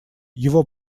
его